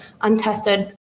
untested